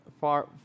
far